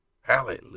Hallelujah